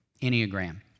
Enneagram